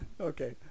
Okay